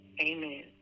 Amen